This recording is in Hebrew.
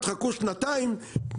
תחכו שנתיים,